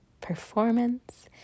performance